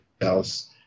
else